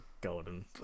Golden